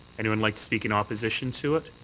anyone like to speak in opposition to it?